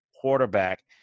quarterback